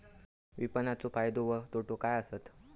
विपणाचो फायदो व तोटो काय आसत?